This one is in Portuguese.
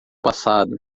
passado